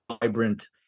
vibrant